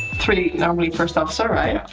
three normally first officer, right?